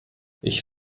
ich